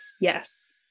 yes